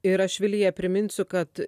ir aš vilija priminsiu kad